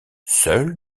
seule